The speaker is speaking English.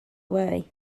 away